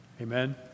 Amen